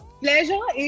pleasure